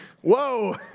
Whoa